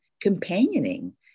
companioning